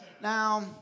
Now